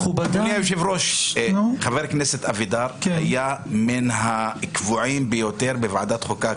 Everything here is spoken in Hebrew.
אדוני היושב ראש שחבר הכנסת אבידר היה מהקבועים ביותר בוועדת החוקה.